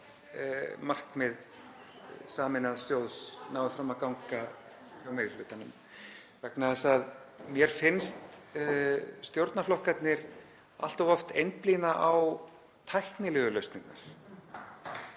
markmið sameinaðs sjóðs nái fram að ganga hjá meiri hlutanum vegna þess að mér finnst stjórnarflokkarnir allt of oft einblína á tæknilegu lausnirnar.